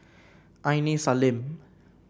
Aini Salim